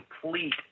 complete